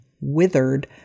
withered